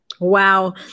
Wow